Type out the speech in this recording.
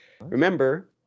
Remember